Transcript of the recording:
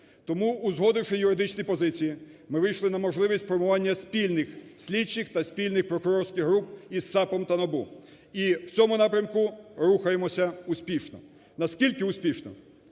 Тому, узгодивши юридичні позиції, ми вийшли на можливість спрямування спільних слідчих та спільних прокурорських груп із САП та НАБУ і в цьому напрямку рухаємося успішно. Наскільки успішно?